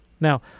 Now